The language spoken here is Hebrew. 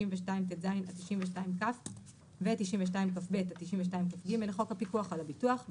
92טז עד 92כ ו-92כב עד 92כג לחוק הפיקוח על הביטוח,